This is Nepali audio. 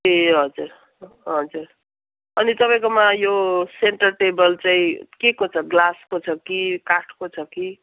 ए हजुर हजुर अनि तपईँकोमा यो सेन्टर टेबल चाहिँ के को छ ग्लासको छ कि काठको छ कि